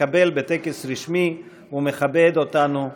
שהתקבל בטקס רשמי ומכבד אותנו כאן,